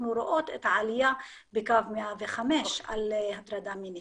רואות את העלייה בקו 105 על הטרדה מינית.